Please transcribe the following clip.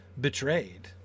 betrayed